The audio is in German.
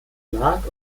lag